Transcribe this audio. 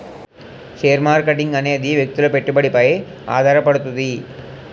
share marketing అనేది వ్యక్తుల పెట్టుబడిపై ఆధారపడుతది